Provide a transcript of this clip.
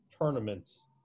tournaments